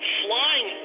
flying